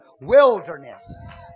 wilderness